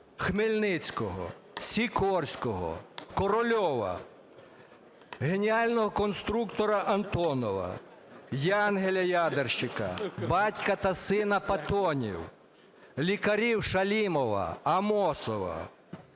Хмельницького, Сікорського, Корольова, геніального конструктора Антонова, Янгеля ядерника, батька та сина Патонів, лікарів Шалімова, Амосова,